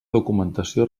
documentació